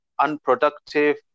unproductive